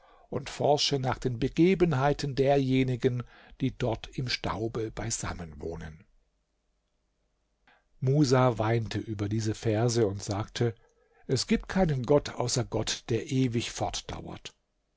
und forsche nach den begebenheiten derjenigen die dort im staube beisammen wohnen musa weinte über diese verse und sagte es gibt keinen gott außer gott der ewig